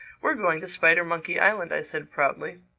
we're going to spidermonkey island, i said proudly.